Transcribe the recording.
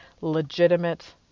legitimate